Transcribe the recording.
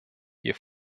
ihr